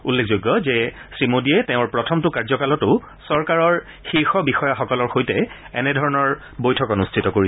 উল্লেখযোগ্য যে শ্ৰীমোদীয়ে তেওঁৰ প্ৰথমটো কাৰ্যকালতো চৰকাৰৰ শীৰ্ষ বিষয়াসকলৰ সৈতে এনে ধৰণৰ বৈঠক অনুষ্ঠিত কৰিছিল